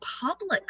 public